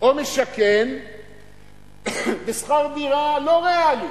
או משכן בשכר דירה לא ריאלי.